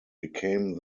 became